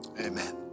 Amen